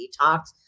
detox